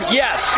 yes